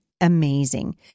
amazing